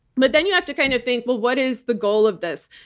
but then you have to kind of think, well, what is the goal of this?